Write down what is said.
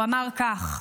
הוא אמר כך: